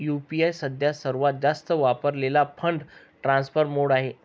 UPI सध्या सर्वात जास्त वापरलेला फंड ट्रान्सफर मोड आहे